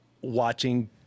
watching